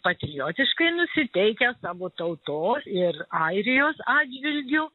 patriotiškai nusiteikęs savo tautos ir airijos atžvilgiu